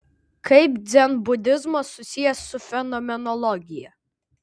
kaip dzenbudizmas susijęs su fenomenologija